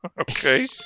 okay